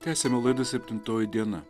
tęsiame laidą septintoji diena